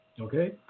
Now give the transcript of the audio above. Okay